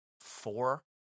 four